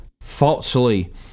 falsely